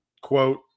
quote